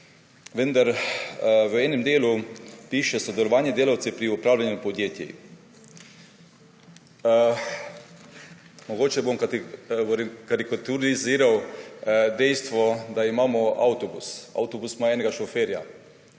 V enem delu piše: sodelovanje delavcev pri upravljanju podjetij. Mogoče bom karikiral dejstvo, da imamo avtobus. Avtobus ima enega šoferja.